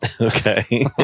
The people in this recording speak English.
Okay